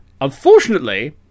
Unfortunately